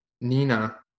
Nina